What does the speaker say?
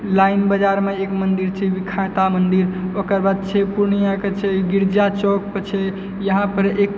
line बाजारमे एक मन्दिर छै विख्याता मन्दिर चाय पुर्णियाके छै गिरिजा चौक पर छै